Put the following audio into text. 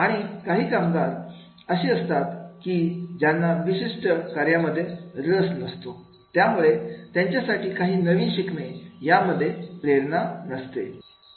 आणि काही कामगार अशी असतात की ज्यांना विशिष्ट कार्यामध्ये रस नसतो त्यामुळे त्यांच्यासाठी काही नवीन शिकणे यामध्ये कोणतीही प्रेरणा नसते